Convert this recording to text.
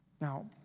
Now